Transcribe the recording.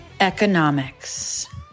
economics